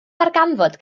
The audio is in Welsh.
ddarganfod